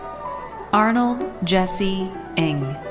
arnold jesse eng.